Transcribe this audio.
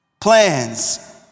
Plans